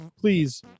Please